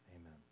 Amen